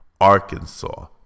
Arkansas